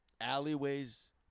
Alleyways